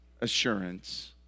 assurance